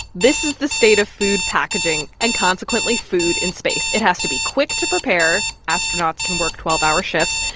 this is the state of food packaging and, consequently, food in space. it has to be quick to prepare. astronauts can work twelve hour shifts.